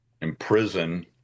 imprison